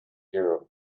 hero